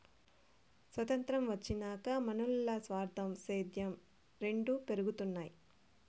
సొతంత్రం వచ్చినాక మనునుల్ల స్వార్థం, సేద్యం రెండు పెరగతన్నాయి